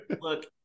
look